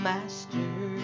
Master